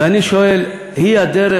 ואני שואל: זוהי הדרך?